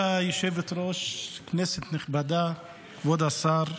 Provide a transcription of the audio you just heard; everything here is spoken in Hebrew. כנסת נכבדה, כבוד השר,